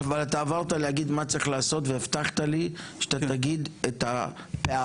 אבל אתה עברת להגיד מה צריך לעשות והבטחת לי שאתה תגיד את הפערים